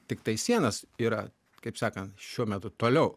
tiktai sienos yra kaip sakant šiuo metu toliau